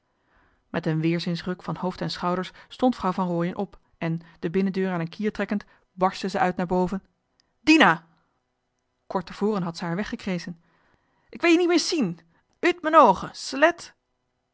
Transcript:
met een weerzinsruk van hoofd en schouders stond vrouw van rooien op en de binnendeur aan een kier trekkend barstte ze uit naar boven dina kort te voren had ze haar weggekreschen k wee je nie meer sien uut m'en auge slet